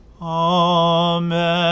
Amen